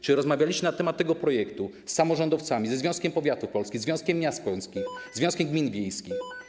Czy rozmawialiście na temat tego projektu z samorządowcami, ze Związkiem Powiatów Polskich, Związkiem Miast Polskich, Związkiem Gmin Wiejskich RP?